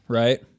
right